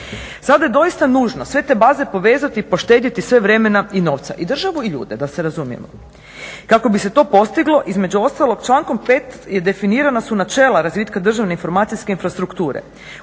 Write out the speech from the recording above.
Sada je doista nužno sve te baze povezati i poštedjeti sve vremena i novca i državu i ljude da se razumijemo. Kako bi se to postiglo, između ostalog člankom 5. definirana su načela razvitka državne informacije infrastrukture.